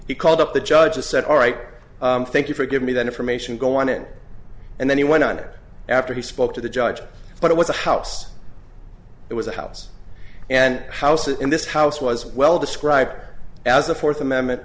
he called up the judge just said all right thank you for give me the information go on it and then he went on it after he spoke to the judge but it was a house it was a house and house in this house was well described as the fourth amendment